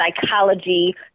psychology